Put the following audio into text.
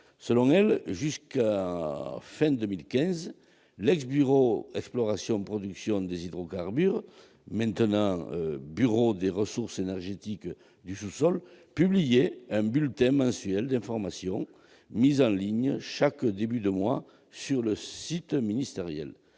Selon elles, jusqu'à la fin de 2015, l'ancien bureau « exploration-production des hydrocarbures », devenu « bureau des ressources énergétiques du sous-sol », publiait un bulletin mensuel d'information mis en ligne chaque début de mois sur le site ministériel.